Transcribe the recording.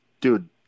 dude